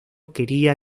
quería